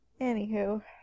Anywho